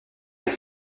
avec